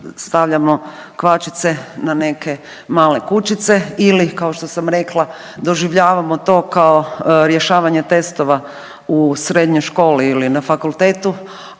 stavljamo kvačice na neke male kućice ili kao što sam rekla doživljavamo to kao rješavanje testova u srednjoj školi ili na fakultetu,